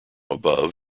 above